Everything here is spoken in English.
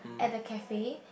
at the cafe